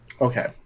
Okay